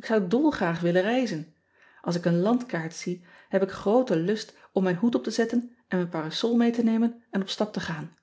k zou dolgraag willen reizen ls ik een landkaart zie heb ik grooten lust om mijn hoed op te zetten en mijn parasol mee te nemen en op stap te gaan